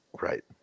right